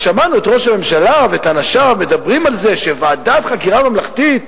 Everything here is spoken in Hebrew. שמענו את ראש הממשלה ואת אנשיו מדברים על זה שוועדת חקירה ממלכתית,